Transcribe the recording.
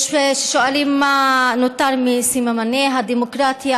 יש ששואלים מה נותר מסממני הדמוקרטיה,